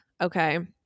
okay